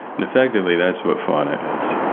and effectively, that's what fauna is.